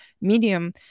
medium